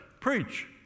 preach